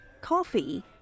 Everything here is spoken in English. coffee